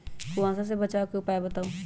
कुहासा से बचाव के उपाय बताऊ?